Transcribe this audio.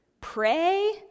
Pray